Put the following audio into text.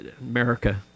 America